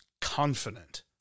confident